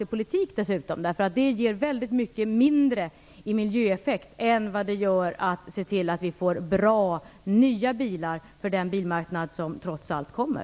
Det skulle dessutom vara en felaktig politik. Det ger mycket mindre effekter på miljön än att man ser till att få bra nya bilar på den bilmarknad som trots allt kommer.